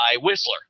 Whistler